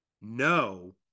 no